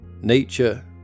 nature